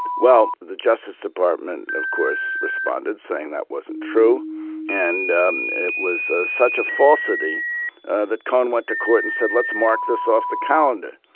well the justice department of course responded saying that wasn't true and it was ah such a falsity that cohen went to court and said let's mark this off the calendar.